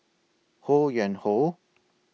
Ho Yuen Hoe